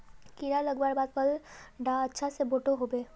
कीड़ा लगवार बाद फल डा अच्छा से बोठो होबे?